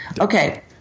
Okay